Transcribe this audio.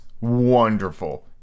wonderful